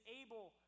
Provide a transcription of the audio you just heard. able